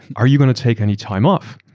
are you going to take any time off?